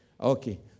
Okay